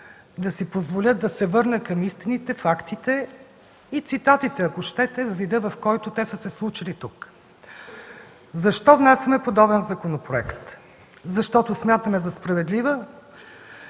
ще си позволя да се върна към истините, фактите и цитатите, ако щете – във вида, в който са се случили тук. Защо внасяме подобен законопроект? Защото смятаме за справедлива